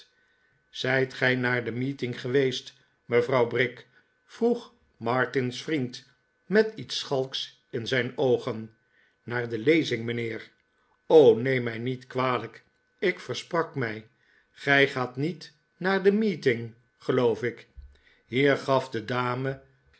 zijt gij naar de meeting geweest mevrouw brick vroeg martin's vriend met iets schalks in zijn oogen naar de lezing mijnheer tl o neem mij niet kwalijk ik versprak m ij gij gaat niet naar de meeting geloof ik hier gaf de dame